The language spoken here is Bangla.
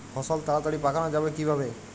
ফসল তাড়াতাড়ি পাকানো যাবে কিভাবে?